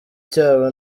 cyabo